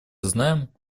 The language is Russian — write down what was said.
знаем